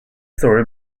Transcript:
story